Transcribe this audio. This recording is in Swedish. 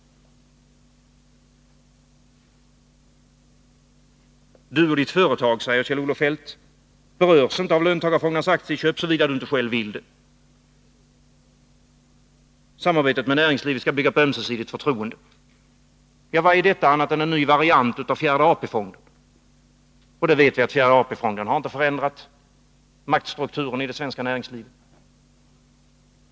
— Du och ditt företag, säger Kjell-Olof Feldt, berörs inte av löntagarfondernas aktieköp såvida du inte själv vill det. Samarbetet med näringslivet skall bygga på ömsesidigt förtroende. Vad är detta annat än en ny variant av fjärde AP-fonden? Vi vet att fjärde AP-fonden inte har förändrat maktstrukturen i det svenska näringslivet.